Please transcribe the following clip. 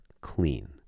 clean